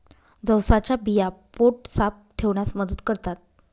जवसाच्या बिया पोट साफ ठेवण्यास मदत करतात